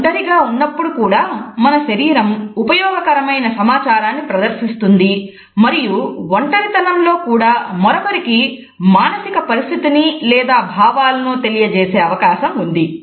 ఒంటరిగా ఉన్నప్పుడు కూడా మన శరీరం ఉపయోగకరమైన సమాచారాన్ని ప్రదర్శిస్తుంది మరియు ఒంటరితనం లో కూడా మరొకరికి మానసిక పరిస్థితిని లేదా భావాలను తెలియజేసే అవకాశం ఉంది